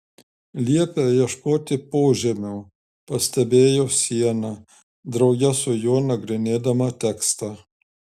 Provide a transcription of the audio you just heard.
liepia ieškoti požemių pastebėjo siena drauge su juo nagrinėdama tekstą